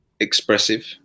expressive